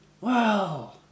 Wow